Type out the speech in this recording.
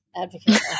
Advocate